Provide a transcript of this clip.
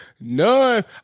None